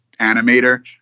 animator